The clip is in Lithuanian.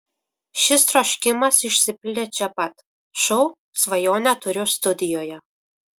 šis troškimas išsipildė čia pat šou svajonę turiu studijoje